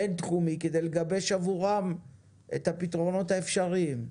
בין-תחומי, כדי לגבש עבורם פתרונות אפשריים.